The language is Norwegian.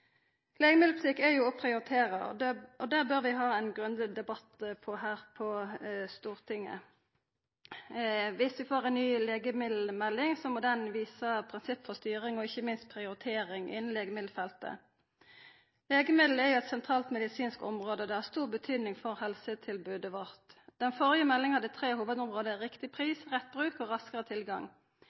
Legemiddelpolitikk er å prioritera, og det bør vi ha ein grundig debatt om her på Stortinget. Viss vi får ei ny legemiddelmelding, må ho visa prinsipp for styring og ikkje minst prioritering innanfor legemiddelfeltet. Legemiddel er eit sentralt medisinsk område, og det har stor betyding for helsetilbodet vårt. Den førre meldinga hadde tre hovudområde: riktig pris, rett bruk og raskare tilgang.